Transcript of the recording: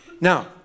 Now